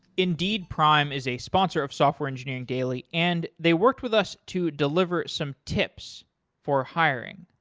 indeed prime is a sponsor of software engineering daily and they worked with us to deliver some tips for hiring,